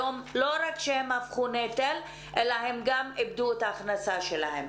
היום לא רק שהם הפכו לנטל אלא הם גם איבדו את ההכנסה שלהם.